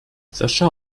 sascha